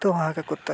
तो वहाँ का कुत्ते